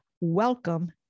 Welcome